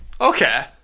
Okay